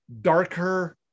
Darker